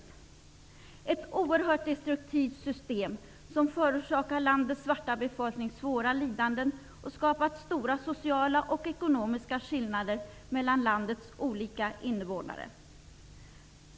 Det är ett oerhört destruktivt system, som har förorsakat landets svarta befolkning svåra lidanden och skapat stora ekonomiska och sociala skillnader mellan landets olika invånare.